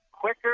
quicker